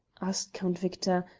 asked count victor,